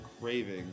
craving